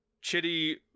Chitty